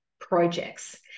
projects